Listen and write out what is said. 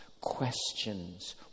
questions